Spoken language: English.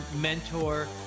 mentor